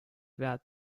vead